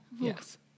Yes